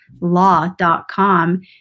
law.com